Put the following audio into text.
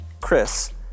Chris